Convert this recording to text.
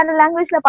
language